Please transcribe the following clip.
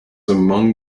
among